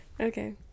Okay